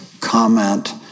comment